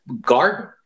garden